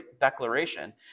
declaration